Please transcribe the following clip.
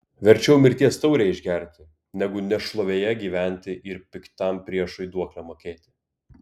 verčiau mirties taurę išgerti negu nešlovėje gyventi ir piktam priešui duoklę mokėti